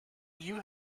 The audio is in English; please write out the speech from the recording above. you